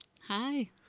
Hi